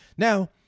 Now